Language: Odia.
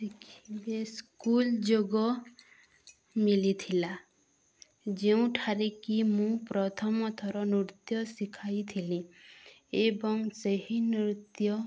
ଶିଖିବେ ସ୍କୁଲ୍ ଯୋଗୁଁ ମିଳିଥିଲା ଯେଉଁଠାରେ କିି ମୁଁ ପ୍ରଥମ ଥର ନୃତ୍ୟ ଶିଖାଇଥିଲି ଏବଂ ସେହି ନୃତ୍ୟ